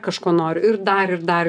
kažko noriu ir dar ir dar